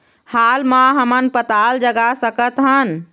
हाल मा हमन पताल जगा सकतहन?